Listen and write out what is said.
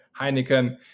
Heineken